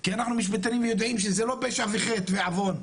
כי אנחנו משפטנים ויודעים שזה לא פשע וחטא ועוון,